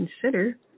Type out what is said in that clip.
consider